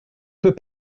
peut